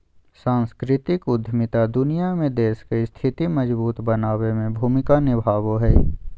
सांस्कृतिक उद्यमिता दुनिया में देश के स्थिति मजबूत बनाबे में भूमिका निभाबो हय